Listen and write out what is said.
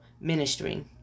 ministry